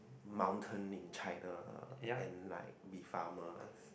mountain in China and like be farmers